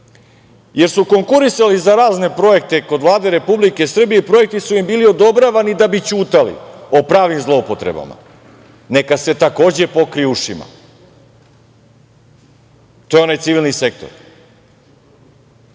jer su konkurisali za razne projekte kod Vlade Republike Srbije i projekti su im bili odobravani da bi ćutali o pravim zloupotrebama, neka se takođe pokriju ušima. To je onaj civilni sektor,